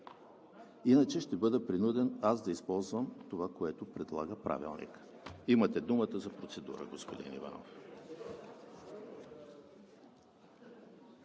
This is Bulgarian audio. иначе ще бъда принуден да използвам това, което предлага Правилникът. Имате думата за процедура, господин Иванов.